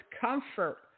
comfort